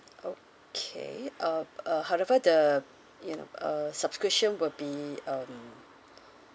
okay uh uh however the you know uh subscription will be um